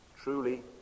Truly